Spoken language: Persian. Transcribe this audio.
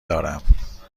دارم